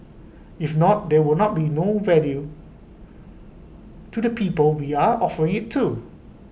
if not there not would be no value to the people we are offering IT to